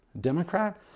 Democrat